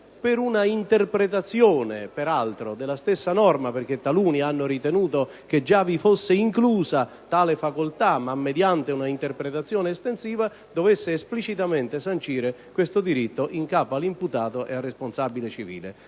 con un'interpretazione estensiva della stessa norma taluni hanno ritenuto che già vi fosse inclusa tale facoltà, si è ritenuto invece che si dovesse esplicitamente sancire questo diritto in capo all'imputato e al responsabile civile.